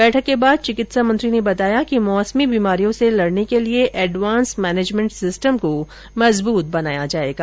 बैठक के बाद चिकित्सा मंत्री ने बताया कि मौसमी बीमारियों से लड़ने के लिए एडवांस मैनेजमेंट सिस्टम को मजबूत बनाया जाएगा